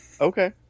okay